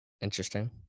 interesting